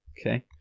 Okay